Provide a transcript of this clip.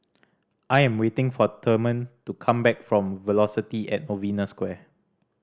I am waiting for Therman to come back from Velocity at Novena Square